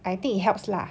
I think it helps lah